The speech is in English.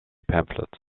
pamphlets